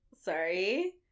Sorry